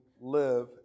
Live